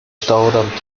staudamm